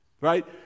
right